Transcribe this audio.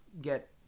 get